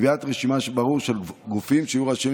קביעת רשימה ברורה של גופים שיהיו רשאים